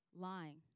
lying